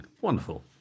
Wonderful